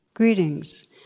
Greetings